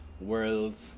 worlds